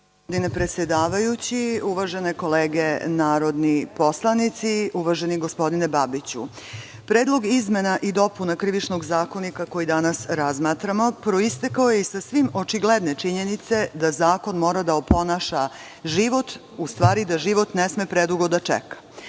predsedavajući, uvažene kolege narodni poslanici, uvaženi gospodine Babiću, Predlog izmena i dopuna Krivičnog zakonika koji danas razmatramo proistekao je iz sasvim očigledne činjenice da zakon mora da oponaša život, u stvari da život ne sme predugo da čeka.